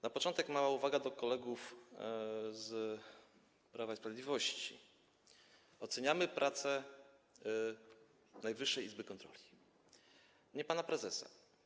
Na początek mała uwaga do kolegów z Prawa i Sprawiedliwości - oceniamy pracę Najwyższej Izby Kontroli, nie pana prezesa.